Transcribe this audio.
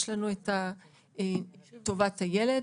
יש לנו את העניין של טובת הילד,